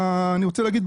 אני רוצה להגיד,